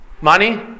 Money